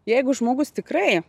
jeigu žmogus tikrai